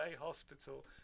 hospital